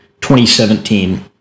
2017